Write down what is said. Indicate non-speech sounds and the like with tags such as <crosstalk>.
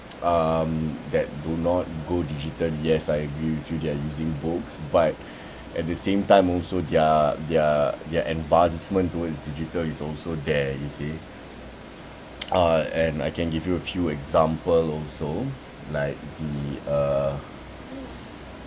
um that do not go digital yes I agree with you they're using books but at the same time also they're they're they're advancement towards digital is also there you see <noise> uh and I can give you a few example also like the uh